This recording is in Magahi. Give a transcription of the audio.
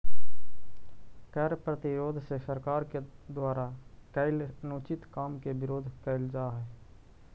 कर प्रतिरोध से सरकार के द्वारा कैल अनुचित काम के विरोध कैल जा हई